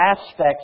aspects